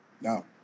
No